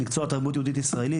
במקצוע תרבות יהודית-ישראלית.